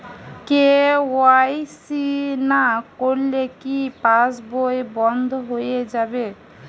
KYC না করলে কি পাশবই বন্ধ হয়ে যাবে?